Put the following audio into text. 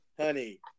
honey